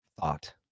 thought